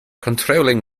controlling